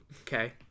Okay